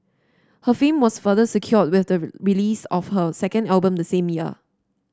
her fame was further secured with the release of her second album the same year